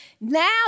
now